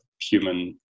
human